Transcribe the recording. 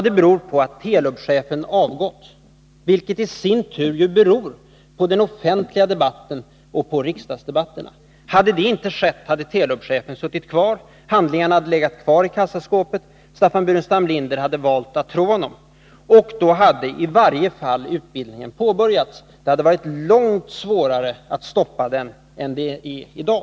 Det beror på att Telubchefen avgått, vilket i sin tur beror på den offentliga debatten och på riksdagsdebatterna. Hade det inte skett hade Telubchefen suttit kvar. Handlingarna hade legat kvar i kassaskåpet. Staffan Burenstam Linder hade valt att tro honom, och då hade utbildningen i varje fall påbörjats. Det hade varit långt svårare att stoppa den än det är i dag.